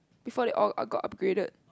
before they all all got upgraded